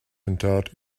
interred